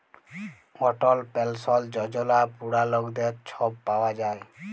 অটল পেলসল যজলা বুড়া লকদের ছব পাউয়া যায়